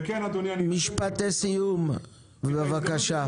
משפט לסיום בבקשה.